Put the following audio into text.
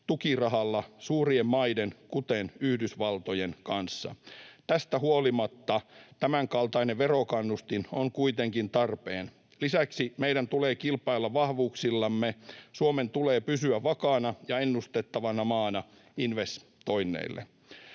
tukirahalla suurien maiden, kuten Yhdysvaltojen, kanssa. Tästä huolimatta tämänkaltainen verokannustin on kuitenkin tarpeen. Lisäksi meidän tulee kilpailla vahvuuksillamme. Suomen tulee pysyä vakaana ja ennustettavana maana investoinneille.